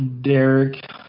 Derek